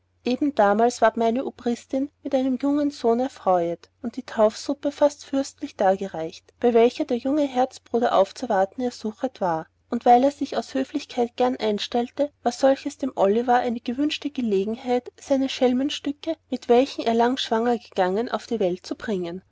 eben damals ward meine obristin mit einem jungen sohn erfreuet und die taufsuppe fast fürstlich dargereichet bei welcher der junge herzbruder aufzuwarten ersuchet war und weil er sich aus höflichkeit gern einstellete war solches dem olivier eine gewünschte gelegenheit seine schelmenstücke mit welchen er lang schwanger gangen auf die welt zu bringen